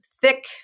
thick